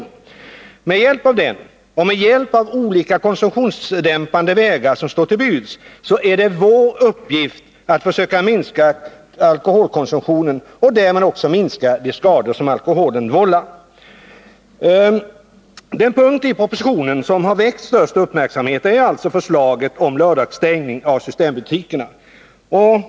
Det är vår uppgift att med hjälp av opinionen och med hjälp av de olika konsumtionsdämpande vägar som står till buds försöka minska alkoholkonsumtionen och därmed också minska de skador som alkoholen vållar. Den punkt i propositionen som har väckt störst uppmärksamhet är alltså förslaget om lördagsstängning av systembutikerna.